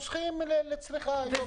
חוסכים לצריכה יום-יומית.